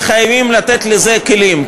וחייבים לתת לזה כלים,